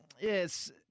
yes